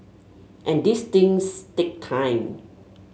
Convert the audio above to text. and these things take time